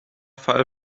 fall